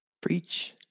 preach